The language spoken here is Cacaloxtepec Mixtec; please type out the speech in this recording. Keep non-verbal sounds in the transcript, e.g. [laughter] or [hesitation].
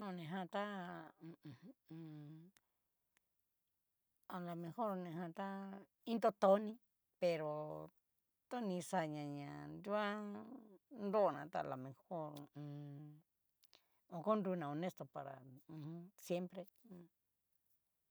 [unintelligible] alomejor nijan tá iin totoní, pero tu ni kixaña ña nrua nrona ta alomejor, [hesitation] okunruna honesto para [hesitation] ujun siempre.